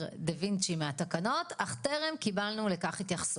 דה וינצ'י מהתקנות אך טרם קיבלנו לכך התייחסות.